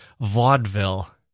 vaudeville